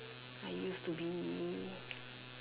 I used to be